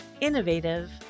innovative